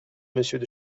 monsieur